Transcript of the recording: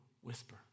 whisper